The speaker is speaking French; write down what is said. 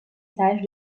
sages